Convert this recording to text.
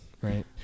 Right